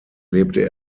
lebte